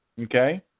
okay